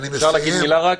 אני מסיים.